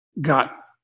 got